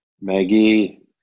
Maggie